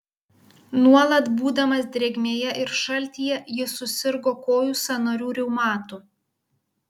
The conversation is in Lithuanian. nuolat būdamas drėgmėje ir šaltyje jis susirgo kojų sąnarių reumatu